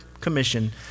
commission